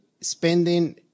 spending